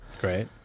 Great